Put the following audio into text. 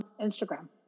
Instagram